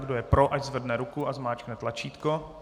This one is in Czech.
Kdo je pro, ať zvedne ruku a zmáčkne tlačítko.